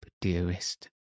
dearest